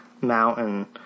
mountain